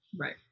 Right